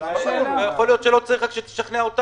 היה עדיף לנו מאשר שאתה תגיע.